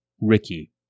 Ricky